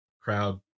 crowd